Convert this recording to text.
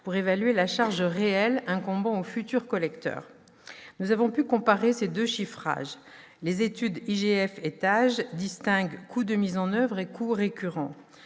évaluant la charge réelle incombant aux futurs collecteurs. Nous avons pu comparer ces deux chiffrages. L'étude de l'IGF et celle de Taj distinguent coûts de mise en oeuvre et coûts récurrents.